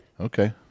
Okay